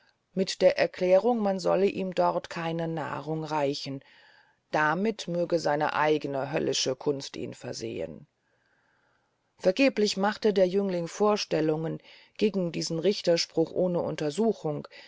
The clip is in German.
mit der erklärung man solle ihm dort keine nahrung reichen damit möge seine eigne höllische kunst ihn versehen vergeblich machte der jüngling vorstellungen gegen diesen richterspruch ohne untersuchung